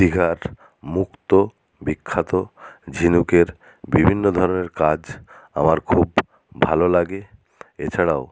দিঘার মুক্তো বিখ্যাত ঝিনুকের বিভিন্ন ধরনের কাজ আমার খুব ভালো লাগে এছাড়াও